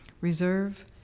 reserve